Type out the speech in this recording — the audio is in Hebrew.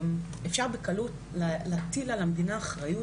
בירן - אפשר בקלות להטיל על המדינה אחריות.